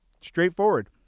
straightforward